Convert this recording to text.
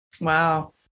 Wow